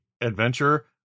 adventure